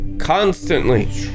constantly